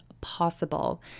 possible